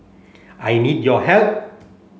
I need your help